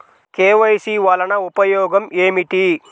KYC వలన ఉపయోగం ఏమిటీ?